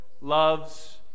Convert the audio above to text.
Loves